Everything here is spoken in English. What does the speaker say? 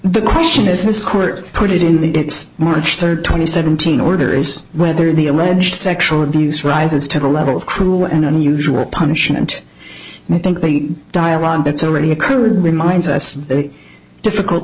the question is this court quoted in the it's march third twenty seventeen order is whether the alleged sexual abuse rises to the level of cruel and unusual punishment i think the dialogue that's already occurred reminds us of a difficult